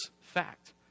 fact